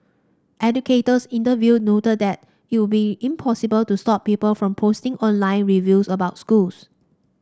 educators interviewed noted that it would be impossible to stop people from posting online reviews about schools